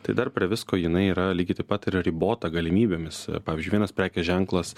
tai dar prie visko jinai yra lygiai taip pat yra ribota galimybėmis pavyzdžiui vienas prekės ženklas